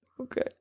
Okay